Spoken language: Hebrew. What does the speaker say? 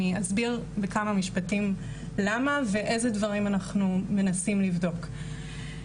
אני אסביר בכמה משפטים למה ואיזה דברים אנחנו מנסים לבדוק.